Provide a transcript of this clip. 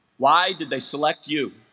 why did they select you